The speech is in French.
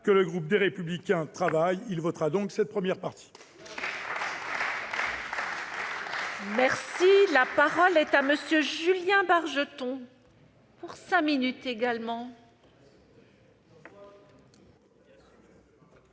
que le groupe Les Républicains travaille. Nous voterons donc la première partie